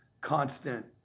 constant